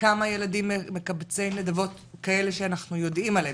כמה ילדים מקבצי נדבות יש - כאלה שאנחנו יודעים עליהם?